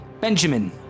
Benjamin